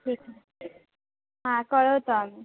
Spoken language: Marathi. ठीक आहे हां कळवतो आम्ही